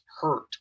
hurt